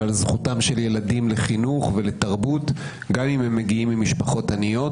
ועל זכותם של ילדים לחינוך ולתרבות גם אם הם מגיעים ממשפחות עניות.